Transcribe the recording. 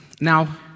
Now